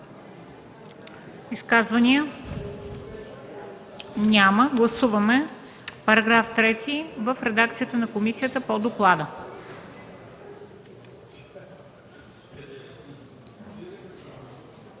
Изказвания? Няма. Гласуваме § 3 в редакцията на комисията по доклада.